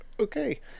Okay